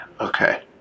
Okay